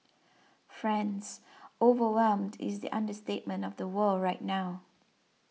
friends overwhelmed is the understatement of the world right now